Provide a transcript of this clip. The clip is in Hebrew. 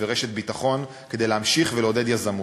ורשת ביטחון כדי להמשיך ולעודד יזמות.